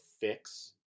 fix